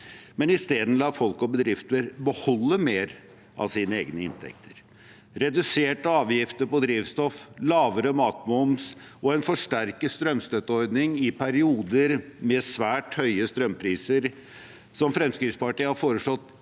men i stedet la folk og bedrifter beholde mer av sine egne inntekter. Reduserte avgifter på drivstoff, lavere matmoms og en forsterket strømstøtteordning i perioder med svært høye strømpriser, som Fremskrittspartiet har foreslått